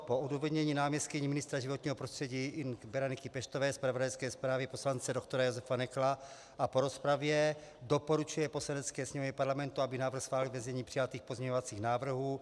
Po odůvodnění náměstkyní ministra životního prostředí Ing. Bereniky Peštové, zpravodajské zprávě poslance dr. Josefa Nekla a po rozpravě doporučuje Poslanecké sněmovně Parlamentu, aby návrh schválila ve znění přijatých pozměňovacích návrhů.